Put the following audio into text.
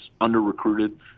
under-recruited